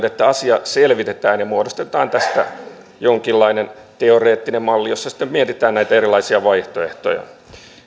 että asia selvitetään ja muodostetaan tästä jonkinlainen teoreettinen malli jossa sitten mietitään näitä erilaisia vaihtoehtoja